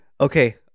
Okay